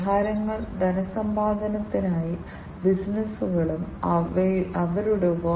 ഈ ഇൻപുട്ട് ഔട്ട്പുട്ടിലൂടെ യഥാർത്ഥ ലോകവുമായുള്ള ഇടപെടൽ ഉണ്ട്